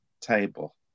table